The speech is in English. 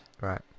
Right